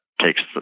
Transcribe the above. takes